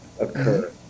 occur